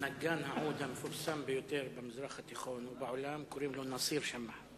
נגן העוד המפורסם ביותר במזרח התיכון ובעולם קוראים לו נאסיר שאמה.